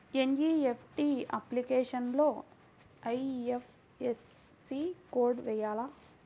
NEFT అప్లికేషన్లో IFSC code వేయాలా?